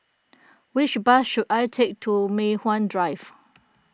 which bus should I take to Mei Hwan Drive